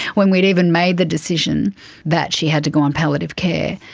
when we had even made the decision that she had to go on palliative care,